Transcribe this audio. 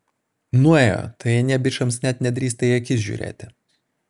nuėjo tai anie bičams net nedrįsta į akis žiūrėti